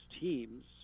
teams